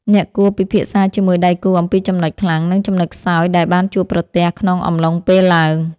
អ្នកគួរពិភាក្សាជាមួយដៃគូអំពីចំណុចខ្លាំង និងចំណុចខ្សោយដែលបានជួបប្រទះក្នុងអំឡុងពេលឡើង។